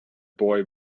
boy